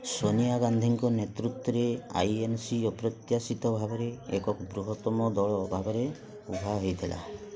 ସୋନିଆ ଗାନ୍ଧୀଙ୍କ ନେତୃତ୍ୱରେ I N C ଅପ୍ରତ୍ୟାଶିତ ଭାବରେ ଏକକ ବୃହତ୍ତମ ଦଳ ଭାବରେ ଉଭା ହେଇଥିଲା